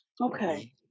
Okay